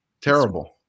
Terrible